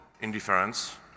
indifference